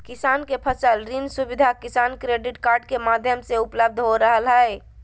किसान के फसल ऋण सुविधा किसान क्रेडिट कार्ड के माध्यम से उपलब्ध हो रहल हई